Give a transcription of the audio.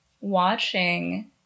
watching